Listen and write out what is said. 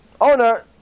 owner